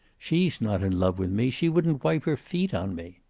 she's not in love with me. she wouldn't wipe her feet on me.